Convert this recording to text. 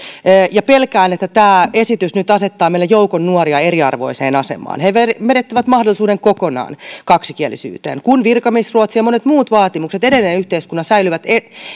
ja pelkään että tämä esitys nyt asettaa meillä joukon nuoria eriarvoiseen asemaan he menettävät mahdollisuuden kokonaan kaksikielisyyteen kun virkamiesruotsi ja monet muut vaatimukset edelleen yhteiskunnassa säilyvät